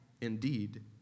indeed